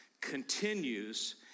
continues